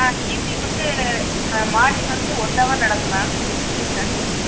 ஆ evening வந்து ஆ morning வந்து ஒன் ஹவர் நடக்கும் மேம் டியூஷன்